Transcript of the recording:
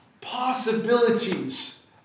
possibilities